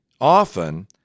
often